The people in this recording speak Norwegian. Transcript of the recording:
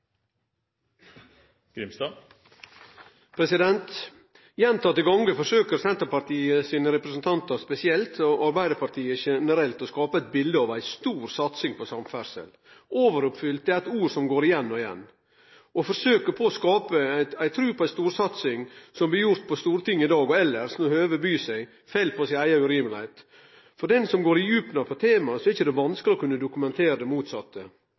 fylke. Gjentatte gonger forsøker Senterpartiet sine representantar spesielt og Arbeidarpartiet generelt å skape eit bilete av ei stor satsing på samferdsel. «Overoppfylt» er eit ord som går igjen og igjen. Å forsøkje å skape ei tru på ei storsatsing, slik det blir gjort på Stortinget i dag og elles når høvet byr seg, fell på si eiga meiningsløyse. For den som går i djupna på temaet, er det ikkje vanskeleg å kunne dokumentere det motsette.